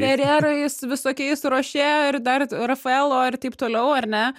fererais visokiais rošė ir dar rafaelo ir taip toliau ar ne